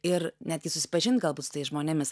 ir netgi susipažint galbūt su tais žmonėmis